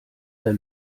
der